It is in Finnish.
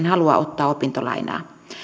halua ottaa opintolainaa